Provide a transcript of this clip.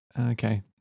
Okay